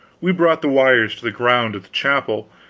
we brought the wires to the ground at the chapel,